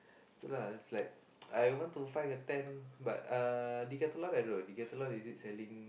ya lah I want to find a tent but uh Decathlon I don't know Decathlon is it selling